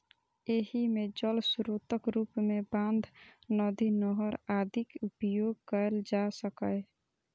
एहि मे जल स्रोतक रूप मे बांध, नदी, नहर आदिक उपयोग कैल जा सकैए